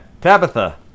Tabitha